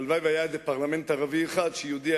הלוואי שהיה איזה פרלמנט ערבי אחד שיהודי היה